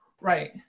right